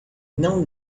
não